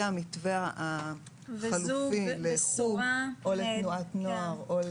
המתווה החלופי לחוגים או לתנועת נוער.